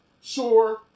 Sure